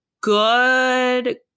good